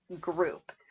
group